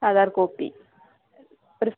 Aadhaar copy